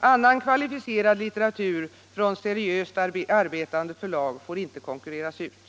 Annan Kvalificerad litteratur från seriöst arbetande förlag får inte konkurreras ut.